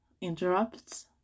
interrupts